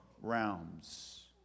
realms